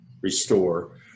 restore